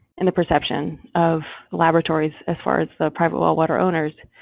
in the perception of laboratories, as far as the private well water owners.